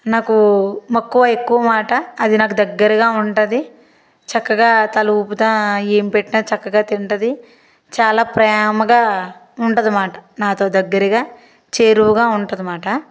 నాకు మక్కువ ఎక్కువన్నమాట అది నాకు దగ్గరగా ఉంటుంది చక్కగా తల ఊపతు ఏం పెట్టినా చక్కగా తింటుంది చాలా ప్రేమగా ఉంటుందన్నమాట నాతో దగ్గరగా చేరువుగా ఉంటుందన్నమాట